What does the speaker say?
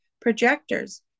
Projectors